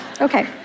Okay